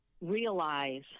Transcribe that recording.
realize